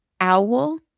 Owl